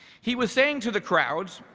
he was saying to the crowds,